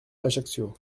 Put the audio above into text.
ajaccio